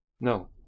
No